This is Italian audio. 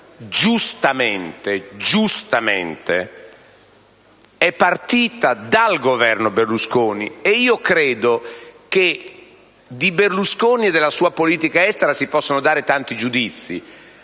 sottolineo: giustamente - é partita dal Governo Berlusconi. E io credo che su Berlusconi e sulla sua politica estera si possano esprimere tanti giudizi,